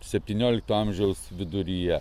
septyniolikto amžiaus viduryje